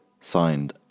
Signed